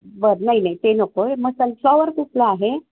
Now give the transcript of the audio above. बर नाही नाही ते नको आहे मग सनफ्लावर कुठलं आहे